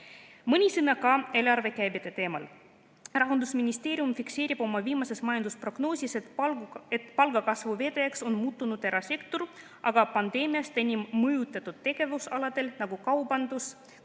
sõna ka eelarvekärbete teemal. Rahandusministeerium fikseerib oma viimases majandusprognoosis, et palgakasvu vedajaks on muutunud erasektor, aga pandeemiast enim mõjutatud tegevusaladel, nagu kaubanduses,